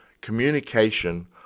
Communication